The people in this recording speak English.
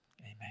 Amen